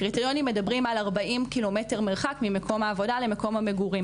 הקריטריונים מדברים על 40 קילומטר מרחק ממקום העבודה למקום המגורים.